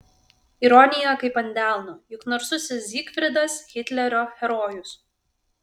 ironija kaip ant delno juk narsusis zygfridas hitlerio herojus